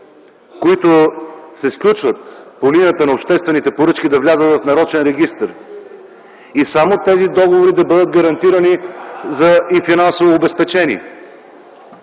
които се сключват по линията на обществените поръчки, да влязат в нарочен регистър и само тези договори да бъдат гарантирани и финансово обезпечени,